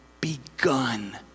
begun